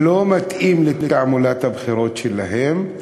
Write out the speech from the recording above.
לא מתאים לתעמולת הבחירות שלהם,